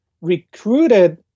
recruited